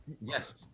Yes